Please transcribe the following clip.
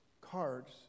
cards